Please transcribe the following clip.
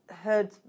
heard